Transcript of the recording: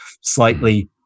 slightly